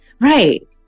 right